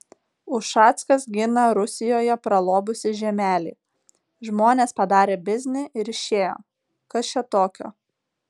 ušackas gina rusijoje pralobusį žiemelį žmonės padarė biznį ir išėjo kas čia tokio